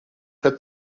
had